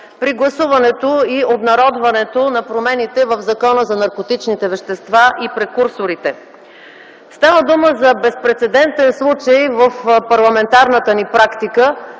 при гласуването и обнародването на промените в Закона за наркотичните вещества и прекурсорите. Става дума за безпрецедентен случай в парламентарната ни практика,